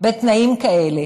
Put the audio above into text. בתנאים כאלה.